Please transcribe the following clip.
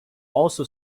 also